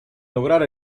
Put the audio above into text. lograr